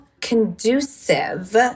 conducive